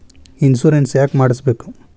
Insurance ಯಾಕ್ ಮಾಡಿಸಬೇಕು?